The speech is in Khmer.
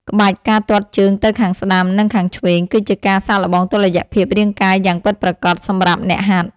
ក្បាច់ ការទាត់ជើងទៅខាងស្ដាំ និងខាងឆ្វេង គឺជាការសាកល្បងតុល្យភាពរាងកាយយ៉ាងពិតប្រាកដសម្រាប់អ្នកហាត់។